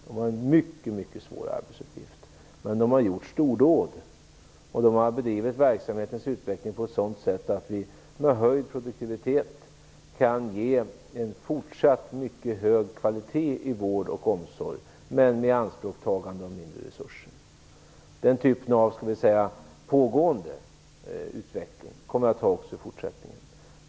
De har en mycket svår arbetsuppgift. Men de har gjort stordåd, och de har bedrivit verksamhetens utveckling på ett sådan sätt att vi med höjd produktivitet kan erbjuda en fortsatt mycket hög kvalitet i vård och omsorg, men med ianspråktagande av mindre resurser. Den typen av pågående utveckling kommer vi att ha också i fortsättningen.